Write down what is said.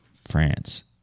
France